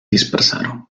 dispersaron